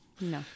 No